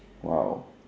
!wow!